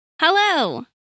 Hello